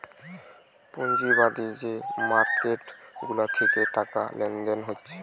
পুঁজিবাদী যে মার্কেট গুলা থিকে টাকা লেনদেন হচ্ছে